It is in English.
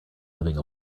living